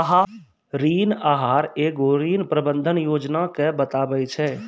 ऋण आहार एगो ऋण प्रबंधन योजना के बताबै छै